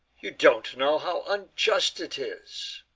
you don't know how unjust it is!